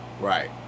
right